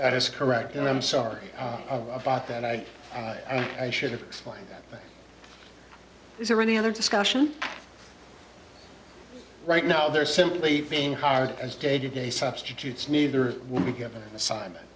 that is correct and i'm sorry about that i should explain that this or any other discussion right now they're simply being hired as day to day substitutes neither will be given an assignment